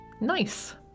Nice